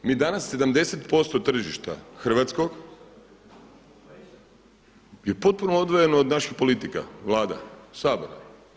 Mi danas 70% tržišta hrvatskog je potpuno odvojeno od naših politika, Vlada, Sabora.